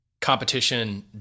Competition